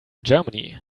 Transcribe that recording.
germany